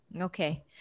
Okay